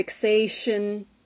fixation